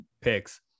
picks